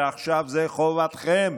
ועכשיו זאת חובתכם,